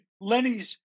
Lenny's